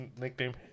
nickname